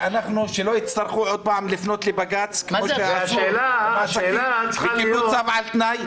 שלא יצטרכו עוד פעם לפנות לבג"ץ וקיבלו צו על תנאי.